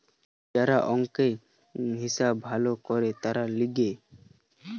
যারা অংক, হিসাব ভালো করে তাদের লিগে